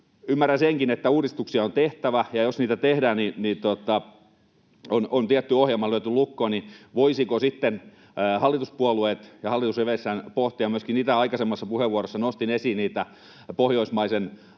Ymmärrän senkin, että uudistuksia on tehtävä, ja jos niitä tehdään ja on tietty ohjelma lyöty lukkoon, niin voisivatko sitten hallituspuolueet ja hallitus riveissään pohtia myöskin, mitä aikaisemmassa puheenvuorossa nostin esiin, niitä pohjoismaisen mallin